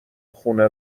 خونه